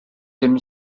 dim